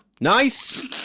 Nice